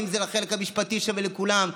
אם זה לחלק המשפטי שם ולכולם,